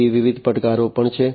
તેથી વિવિધ પડકારો પણ છે